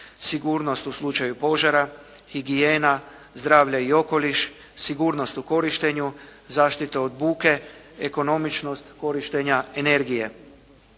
sigurnost u slučaju požara, higijena, zdravlje i okoliš, sigurnost u korištenju, zaštita od buke, ekonomičnost korištenja energije.